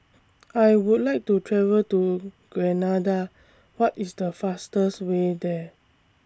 I Would like to travel to Grenada What IS The fastest Way There